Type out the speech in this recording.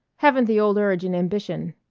haven't the old urge and ambition.